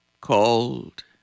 called